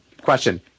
Question